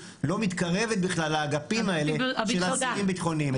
לא מתקרבת בכלל לאגפים האלה של האסירים ביטחוניים,